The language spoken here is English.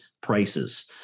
prices